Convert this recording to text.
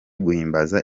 guhimbaza